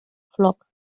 flock